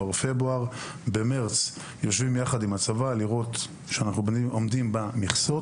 במרץ יושבים עם הצבא כדי לראות שאנחנו עומדים במכסות.